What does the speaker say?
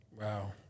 Wow